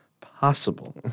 possible